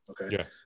okay